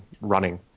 running